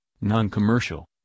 non-commercial